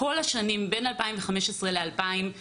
כל השנים בין 2015 ל-2019